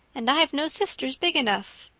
and i've no sisters big enough.